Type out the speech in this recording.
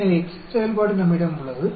எனவே எக்செல் செயல்பாடு நம்மிடம் உள்ளது